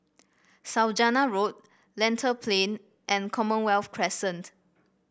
Saujana Road Lentor Plain and Commonwealth Crescent